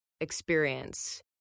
experience